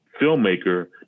filmmaker